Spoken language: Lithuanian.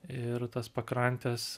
ir tas pakrantes